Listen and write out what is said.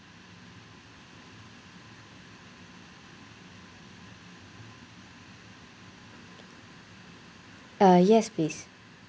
uh yes please